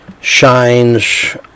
shines